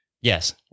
Yes